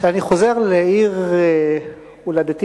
כשאני חוזר לעיר הולדתי,